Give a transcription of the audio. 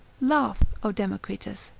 laugh, o democritus,